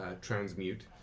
transmute